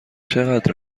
چقدر